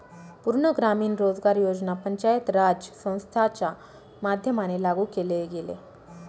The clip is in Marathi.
पूर्ण ग्रामीण रोजगार योजना पंचायत राज संस्थांच्या माध्यमाने लागू केले गेले